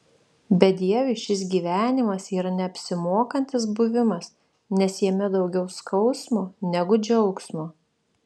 bedieviui šis gyvenimas yra neapsimokantis buvimas nes jame daugiau skausmo negu džiaugsmo